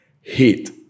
heat